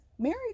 Mary